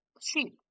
sheep